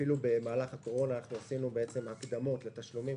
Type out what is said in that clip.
אפילו במהלך הקורונה עשינו הקדמות לתשלומים,